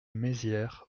maizière